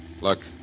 Look